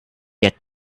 get